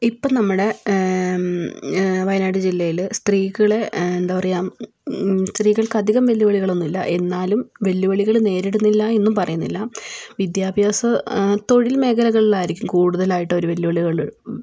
ഇപ്പം നമ്മുടെ വയനാട് ജില്ലയിൽ സ്ത്രീകളെ എന്താ പറയാ സ്ത്രീകൾക്ക് അധികം വെല്ലുവിളികളൊന്നുമില്ല എന്നാലും വെല്ലുവിളികൾ നേരിടുന്നില്ലായെന്നും പറയുന്നില്ല വിദ്യാഭ്യാസ തൊഴിൽ മേഖലകളിലായിരിക്കും കൂടുതലായിട്ടൊരു വെല്ലുവിളികൾ